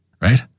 Right